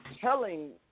telling